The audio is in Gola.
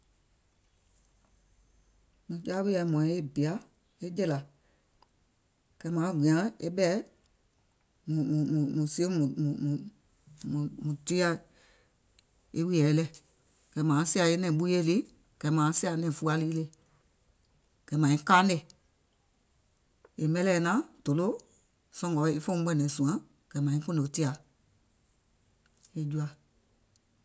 Mùŋ jaa wùìyèɛ hmɔ̀ɔ̀ŋ e jèlà, kɛ̀ mȧaŋ gbìȧŋ e ɓɛ̀ɛ mùŋ tieɛ̀, e wùìyè lii, kɛ̀ mȧaŋ sìà e nɛ̀ŋ ɓuuyè lii kɛ̀ mȧaŋ sìà e nɛ̀ŋ fua lii le, kɛ̀ mȧiŋ kaanè, è mɛlɛ̀ɛ̀ naàŋ tòloò sɔ̀ngɔ̀ e fèum ɓɛ̀nɛ̀ŋ sùaŋ, kɛ̀ maiŋ kùùnò tìa, è jùà.